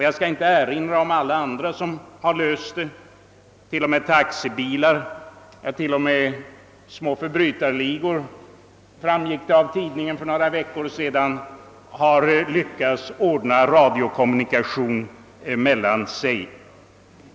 Jag skall inte heller räkna upp alla andra som har löst problemet; både taxibilar och t.o.m., såsom framgick av tidningarna för några veckor sedan, små förbrytarligor har lyckats upprätthålla radiokommunikation.